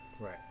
right